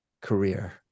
career